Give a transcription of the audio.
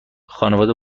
خانواده